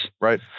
right